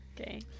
Okay